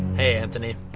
anthony.